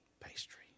pastry